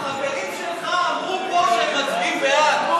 החברים שלך אמרו פה שהם מצביעים בעד.